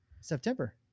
september